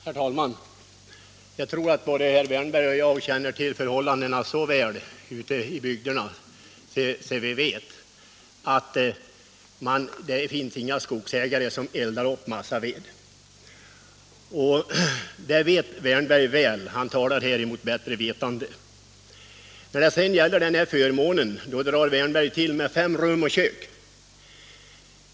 Herr talman! Jag tror att både herr Wärnberg och jag känner till förhållandena ute i bygderna så väl att vi vet att det inte finns några skogsägare som eldar upp massaved. Herr Wärnberg talar här mot bättre vetande. När det gäller att bedöma förmånerna drar herr Wärnberg till med fem rum och kök.